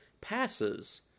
passes